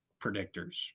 predictors